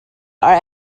are